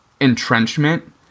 entrenchment